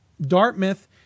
Dartmouth